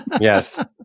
Yes